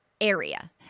area